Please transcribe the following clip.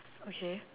okay